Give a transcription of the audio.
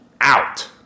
out